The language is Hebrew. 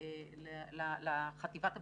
לחטיבת הביקורת.